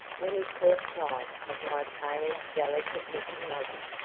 when he caught sight of my pale delicate-looking mother,